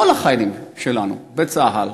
כל החיילים שלנו בצה"ל,